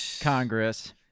Congress